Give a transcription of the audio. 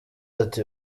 ati